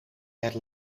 het